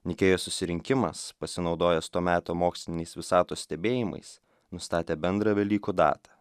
nikėjos susirinkimas pasinaudojęs to meto moksliniais visatos stebėjimais nustatė bendrą velykų datą